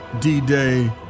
D-Day